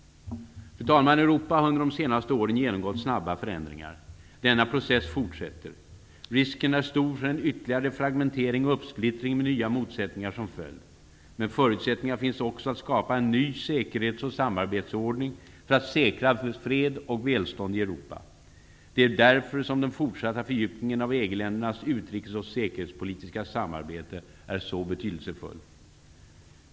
Fru talman! Europa har under de senaste åren genomgått snabba förändringar. Denna process fortsätter. Risken är stor för en ytterligare fragmentering och uppsplittring med nya motsättningar som följd. Men förutsättningar finns också att skapa en ny säkerhets och samarbetsordning för att säkra fred och välstånd i Europa. Det är därför som den fortsatta fördjupningen av EG-ländernas utrikes och säkerhetspolitiska samarbete är så betydelsefull.